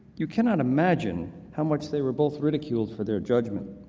you cannot imagine how much they were both ridiculed for their judgment,